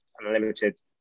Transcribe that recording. unlimited